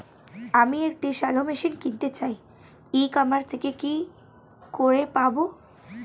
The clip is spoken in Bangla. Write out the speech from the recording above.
আমি একটি শ্যালো মেশিন কিনতে চাই ই কমার্স থেকে কি করে পাবো?